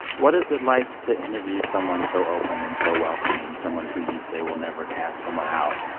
what is it like to interview someone so open and so welcoming, someone who you say will never cast someone out?